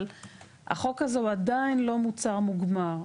אבל החוק הזה הוא עדיין לא מוצר מוגמר.